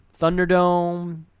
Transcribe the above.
thunderdome